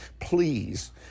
Please